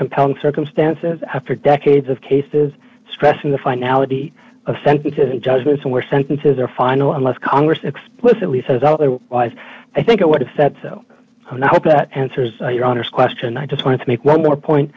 compelling circumstances after decades of cases stressing the finality of sentences and judgments were sentences are final unless congress explicitly says otherwise i think i would have said so on i hope that answers your honest question i just want to make one more point